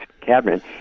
cabinet